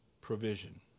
provision